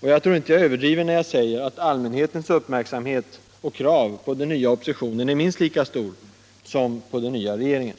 Jag tror inte att jag överdriver, när jag säger att allmänhetens uppmärksamhet och krav på den nya oppositionen är minst lika stora som på den nya regeringen.